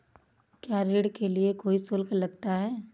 क्या ऋण के लिए कोई शुल्क लगता है?